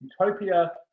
utopia